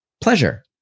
pleasure